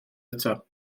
eto